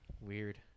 weird